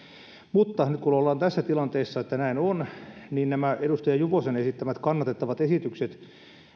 mutta nyt kun ollaan tässä tilanteessa että näin on niin nämä edustaja juvosen esittämät kannatettavat esitykset